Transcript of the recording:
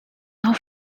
are